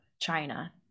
China